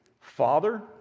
Father